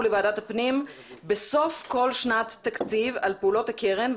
לוועדת הפנים בסוף כל שנת תקציב על פעולות הקרן,